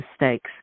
mistakes